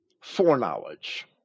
foreknowledge